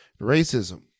racism